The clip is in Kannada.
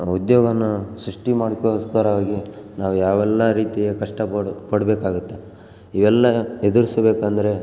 ಉದ್ಯೋಗವನ್ನು ಸೃಷ್ಟಿ ಮಾಡೋಕೊಸ್ಕರವಾಗಿ ನಾವು ಯಾವೆಲ್ಲ ರೀತಿಯ ಕಷ್ಟ ಪಡು ಪಡಬೇಕಾಗುತ್ತೆ ಇವೆಲ್ಲ ಎದುರಿಸ್ಬೇಕಂದ್ರೆ